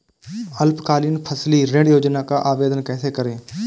अल्पकालीन फसली ऋण योजना का आवेदन कैसे करें?